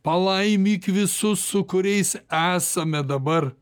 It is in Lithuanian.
palaimyk visus su kuriais esame dabar